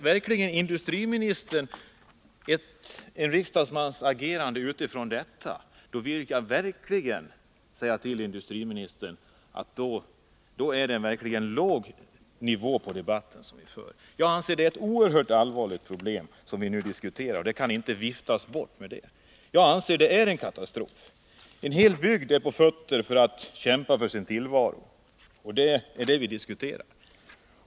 Ser industriministern en riksdagsmans agerande på det sättet, så vill jag säga till industriministern att då för han verkligen ner debatten på låg nivå. Jag anser att det är ett oerhört allvarligt problem som vi nu diskuterar, och det kan inte viftas bort. Jag anser att det är en katastrof. En hel bygd är på fötter för att kämpa för sin tillvaro. Det är detta vi diskuterar.